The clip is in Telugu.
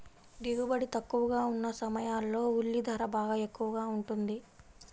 దిగుబడి తక్కువగా ఉన్న సమయాల్లో ఉల్లి ధర బాగా ఎక్కువగా ఉంటుంది